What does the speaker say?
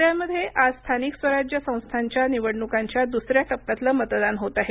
केरळ निवडणूक केरळमध्ये आज स्थानिक स्वराज्य संस्थाच्या निवडणुकांच्या दुसऱ्या टप्प्यातलं मतदान होत आहे